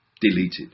deleted